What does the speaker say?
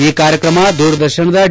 ಈ ಕಾರ್ಯಕ್ರಮ ದೂರದರ್ಶನದ ಡಿ